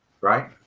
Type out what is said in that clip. right